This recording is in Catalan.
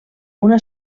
una